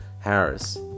Harris